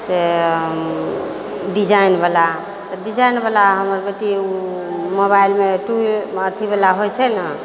से डिजाइनवला तऽ डिजाइनवला हमर बेटी मोबाइलमे टू अथीवला होइ छै ने